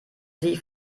sie